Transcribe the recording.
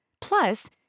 Plus